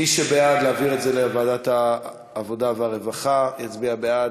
מי שבעד להעביר את הנושא לוועדת העבודה והרווחה יצביע בעד.